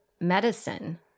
medicine